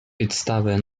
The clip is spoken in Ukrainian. підстави